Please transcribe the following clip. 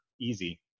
easy